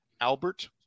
Albert